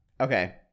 Okay